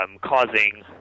causing